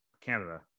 Canada